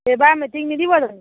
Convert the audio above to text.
এইবাৰ মেট্ৰিক নিদিব জানো